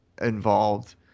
involved